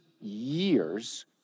years